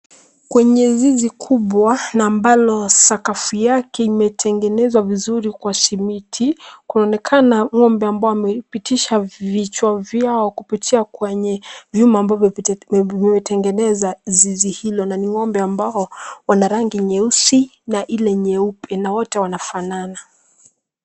Kwenye zizi kubwa na ambalo sakafu yake imetengenezwa vizuri kwa simiti kunaonekana ng'ombe ambao wamepitisha vichwa vyao kupitia kwenye vyuma ambavyo vimetengeneza zizi hilo na ni ng'ombe ambao wana rangi nyeusi na ile nyeupe na wote wanafanana.